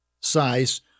size